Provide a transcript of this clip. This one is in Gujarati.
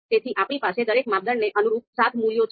તેથી આપણી પાસે દરેક માપદંડને અનુરૂપ સાત મૂલ્યો છે